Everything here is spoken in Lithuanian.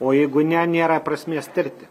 o jeigu ne nėra prasmės tirti